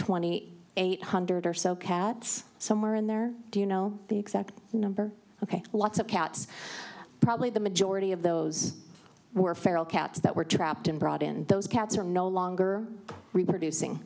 twenty eight hundred or so cats somewhere in there do you know the exact number ok lots of cats probably the majority of those were feral cats that were trapped and brought in and those cats are no longer reproducing